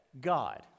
God